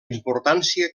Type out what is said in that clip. importància